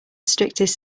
strictest